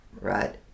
right